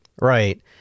right